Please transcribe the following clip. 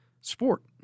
sport